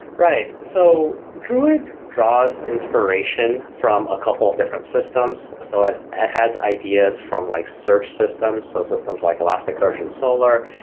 right. so druid draws inspiration from a couple of different systems, so it has ideas from like search systems, so systems like elasticsearch and solar.